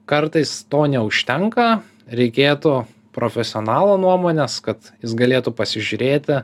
kartais to neužtenka reikėtų profesionalo nuomonės kad jis galėtų pasižiūrėti